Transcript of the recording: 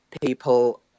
people